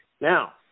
Now